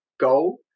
goal